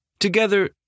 Together